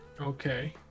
Okay